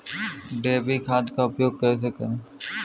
DAP खाद का उपयोग कैसे करें?